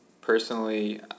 personally